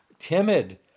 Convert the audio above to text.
timid